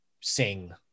sing